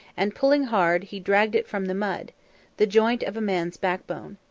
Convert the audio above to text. and pulling hard, he dragged it from the mud the joint of a man's backbone.